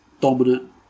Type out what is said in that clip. dominant